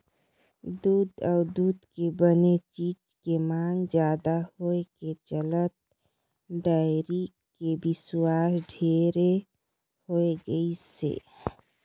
दूद अउ दूद के बने चीज के मांग जादा होए के चलते डेयरी के बेवसाय ढेरे होय गइसे